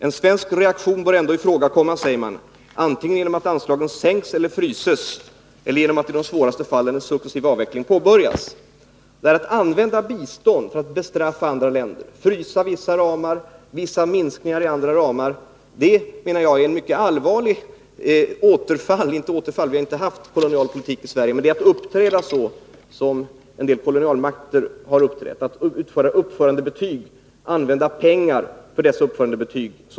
En svensk reaktion bör komma i fråga, säger man, antingen genom att anslagen sänks eller fryses eller att i de svåraste fallen en successiv avveckling påbörjas. Att använda bistånd för att bestraffa andra länder genom att frysa vissa ramar eller genom att göra vissa minskningar av andra ramar anser jag vara att uppträda så som en del kolonialmakter har uppträtt. Moderaterna önskar att man använder pengar för att utfärda uppförandebetyg.